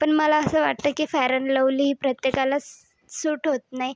पण मला असं वाटतं की फेअर अँड लव्हली ही प्रत्येकाला सूट होत नाही